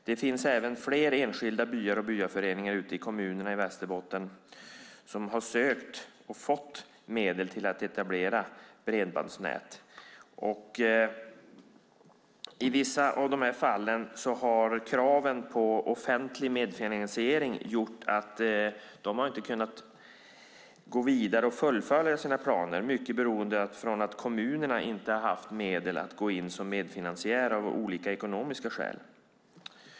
Det finns även fler enskilda byar och byaföreningar ute i kommunerna som har sökt och fått medel till att etablera bredbandsnät. I vissa av de fallen har kraven på offentlig medfinansiering gjort att man inte kunnat gå vidare och fullfölja sina planer. Det är mycket beroende på att kommunerna inte har haft medel att gå in som medfinansiär av olika ekonomiska skäl.